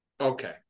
Okay